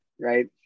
right